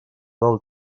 del